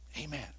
amen